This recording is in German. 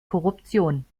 korruption